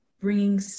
bringing